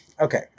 okay